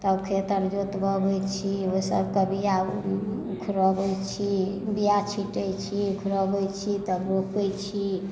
तब खेत तब जोतबबय छी ओ सबटा बीया उखड़बय छी बीआ छीटय छी उखड़बय छी तब रोपय छी